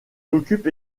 occupe